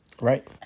Right